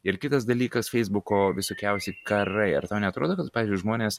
ir kitas dalykas feisbuko visokiausi karai ar tau neatrodo kad pavyzdžiui žmonės